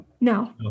No